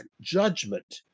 judgment